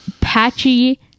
patchy